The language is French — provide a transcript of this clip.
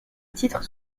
titres